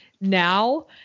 now